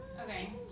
Okay